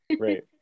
Right